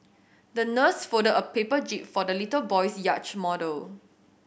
the nurse folded a paper jib for the little boy's yacht model